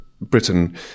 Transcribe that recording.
Britain